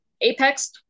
Apex